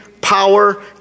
power